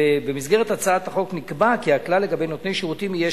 ובמסגרת הצעת החוק נקבע כי הכלל לגבי נותני שירותים יהיה